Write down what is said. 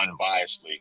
unbiasedly